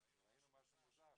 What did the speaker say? וראינו משהו מוזר.